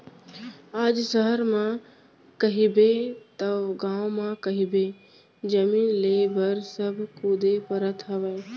आज सहर म कहिबे तव गाँव म कहिबे जमीन लेय बर सब कुदे परत हवय